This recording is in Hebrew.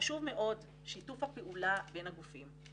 חשוב מאוד שיתוף הפעולה בין הגופים.